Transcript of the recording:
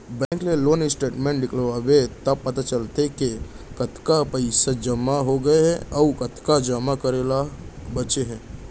bank ले loan statement निकलवाबे त पता चलथे के कतका पइसा जमा हो गए हे अउ कतका जमा करे ल बांचे हे